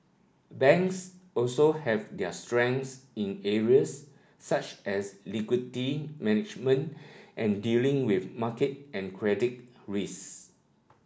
banks also have their strengths in areas such as liquidity management and dealing with market and credit risk